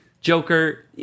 Joker